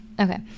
Okay